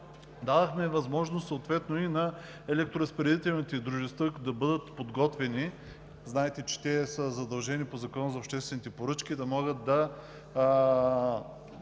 Дадохме възможност и на електроразпределителните дружества да бъдат подготвени – знаете, че те са задължени по Закона за обществените поръчки да могат да